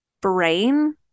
brain